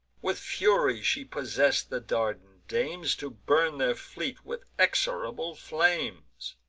with fury she possess'd the dardan dames, to burn their fleet with execrable flames,